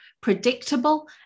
predictable